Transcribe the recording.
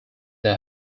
they